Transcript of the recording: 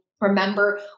remember